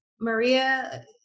Maria